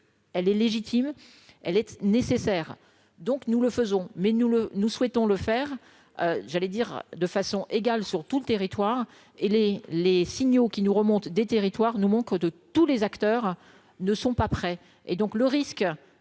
elle est légitime, elle est nécessaire, donc nous le faisons, mais nous le nous souhaitons le faire, j'allais dire de façon égale sur tout le territoire et les les signaux qui nous remonte des territoires nous manque de tous les acteurs ne sont pas prêts et donc le risque